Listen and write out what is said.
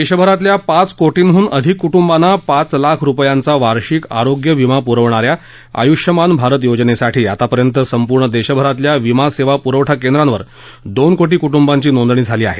देशभरातल्या पाच कोटींहून अधिक कुटुंबांना पाच लाख रुपयांचा वार्षिक आरोग्य विमा पुरवणाऱ्या आयुष्यमान भारत योजनेसाठी आतापर्यंत संपूर्ण देशभरातल्या विमा सेवा पुरवठा केंद्रांवर दोन कोटी कुटुंबांची नोंदणी झाली आहे